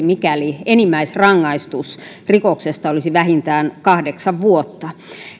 mikäli enimmäisrangaistus rikoksesta olisi vähintään kahdeksan vuotta